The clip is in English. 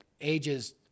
ages